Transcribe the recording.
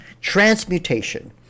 Transmutation